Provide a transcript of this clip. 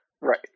Right